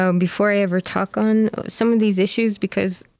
um before i ever talk on some of these issues because